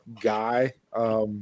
guy